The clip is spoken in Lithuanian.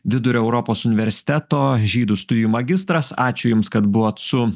vidurio europos universiteto žydų studijų magistras ačiū jums kad buvot su